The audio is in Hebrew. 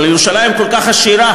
אבל ירושלים כל כך עשירה